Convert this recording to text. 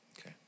Okay